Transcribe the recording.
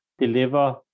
deliver